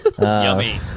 Yummy